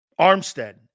Armstead